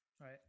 Right